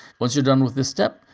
once you're done with this step,